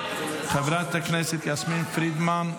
חברת הכנסת יסמין פרידמן,